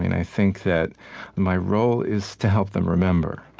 mean, i think that my role is to help them remember,